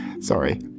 sorry